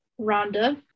Rhonda